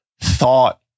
thought